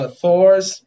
Thor's